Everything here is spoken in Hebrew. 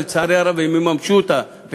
ולצערי הרב הם יממשו אותה,